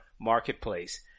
marketplace